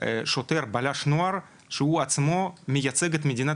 שוטר בלש נוער שהוא עצמו מייצג את מדינת